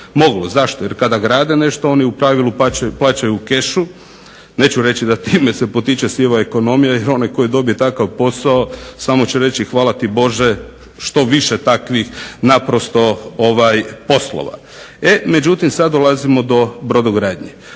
Zašto, jer kada grade nešto oni u pravilu plaćaju u kešu, neću reći da time se potiče siva ekonomija jer onaj koji dobije takav posao samo će reći hvala ti Bože što više takvih naprosto poslova. Međutim sad dolazimo do brodogradnje.